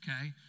okay